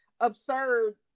absurd